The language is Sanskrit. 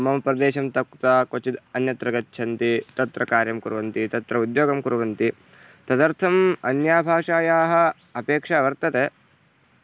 मम प्रदेशं त्यक्त्वा क्वचिद् अन्यत्र गच्छन्ति तत्र कार्यं कुर्वन्ति तत्र उद्योगं कुर्वन्ति तदर्थम् अन्यभाषायाः अपेक्षा वर्तते